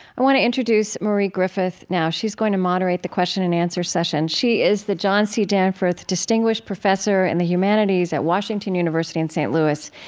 i want to introduce marie griffith now. she's going to moderate the question and answer session. she is the john c. danforth distinguished professor in the humanities at washington university in st. louis.